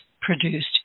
produced